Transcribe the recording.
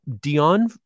Dion